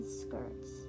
skirts